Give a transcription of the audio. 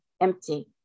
empty